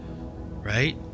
right